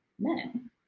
men